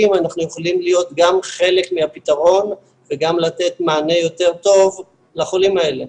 אנחנו יכולים להיות גם חלק מהפתרון וגם לתת מענה יותר טוב לחולים האלה.